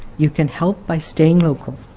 you can help by staying local,